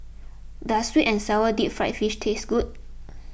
does Sweet and Sour Deep Fried Fish taste good